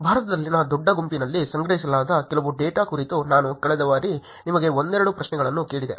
ಭಾರತದಲ್ಲಿನ ದೊಡ್ಡ ಗುಂಪಿನಲ್ಲಿ ಸಂಗ್ರಹಿಸಲಾದ ಕೆಲವು ಡೇಟಾದ ಕುರಿತು ನಾನು ಕಳೆದ ಬಾರಿ ನಿಮಗೆ ಒಂದೆರಡು ಪ್ರಶ್ನೆಗಳನ್ನು ಕೇಳಿದೆ